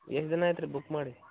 ಎಷ್ಟು ದಿನ ಆಯ್ತು ರಿ ಬುಕ್ ಮಾಡಿ